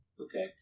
Okay